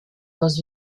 dans